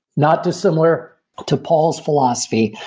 not dissimilar to paul's philosophy.